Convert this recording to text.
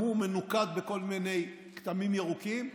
גם הוא מנוקד בכל מיני כתמים ירוקים,